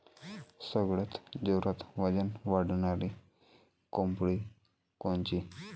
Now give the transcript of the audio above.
सगळ्यात जोरात वजन वाढणारी कोंबडी कोनची?